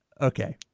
Okay